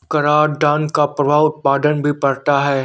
करादान का प्रभाव उत्पादन पर भी पड़ता है